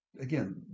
again